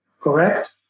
correct